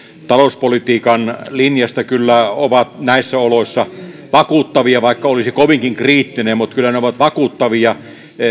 talouspolitiikan linjasta ovat kyllä näissä oloissa vakuuttavia vaikka olisi kovinkin kriittinen kyllä ne ovat vakuuttavia